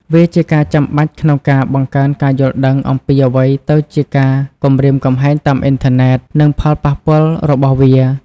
វាជាការចាំបាច់ក្នុងការ បង្កើនការយល់ដឹង អំពីអ្វីទៅជាការគំរាមកំហែងតាមអ៊ីនធឺណិត និងផលប៉ះពាល់របស់វា។